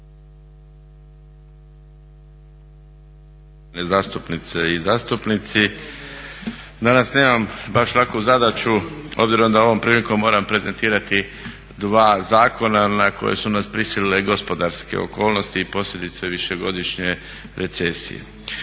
zastupnice i zastupnici. Danas nemam baš laku zadaću obzirom da ovom prilikom moram prezentirati dva zakona na koje su nas prisilile gospodarske okolnosti i posljedice višegodišnje recesije.